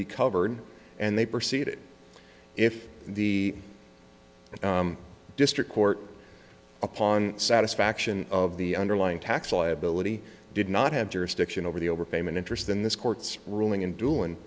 be covered and they proceeded if the district court upon satisfaction of the underlying tax liability did not have jurisdiction over the overpayment interest than this court's ruling in doing